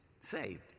saved